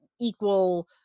equal